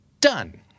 Done